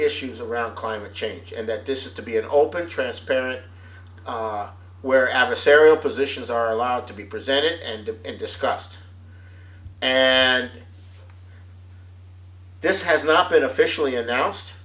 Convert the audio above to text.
issues around climate change and that this has to be an open transparent where adversarial positions are allowed to be presented and and discussed and this has not been officially announced